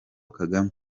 kagame